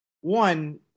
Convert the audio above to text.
one